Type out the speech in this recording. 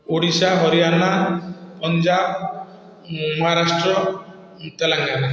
Odisha Haryana Punjab Maharashtra Telangana